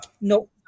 No